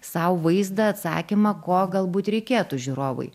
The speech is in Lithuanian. sau vaizdą atsakymą ko galbūt reikėtų žiūrovui